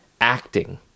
acting